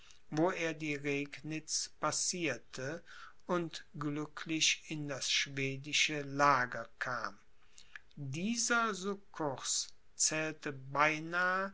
wo er die regnitz passierte und glücklich in das schwedische lager kam dieser succurs zählte beinahe